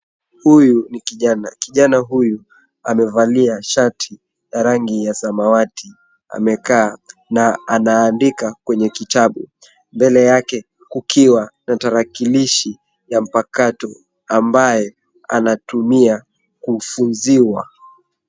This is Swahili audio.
Huyu ni kijana. Kijana huyu amevalia shati la rangi ya samawati. Amekaa na anaandika kwenye kitabu. Mbele yake kukiwa na tarakilishi ya mpakato ambayo anatumia kufunziwa.